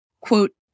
Quote